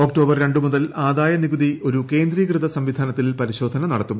October രണ്ടു മുതൽ ആദായ നികുതി ഒരു കേന്ദ്രീകൃത സംവിധാനത്തിൽ പരിശോധന നടത്തും